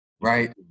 right